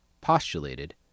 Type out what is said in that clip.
postulated